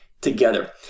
together